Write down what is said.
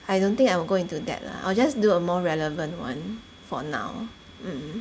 I don't think I will go into that lah I'll just do a more relevant [one] for now mm